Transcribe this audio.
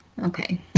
Okay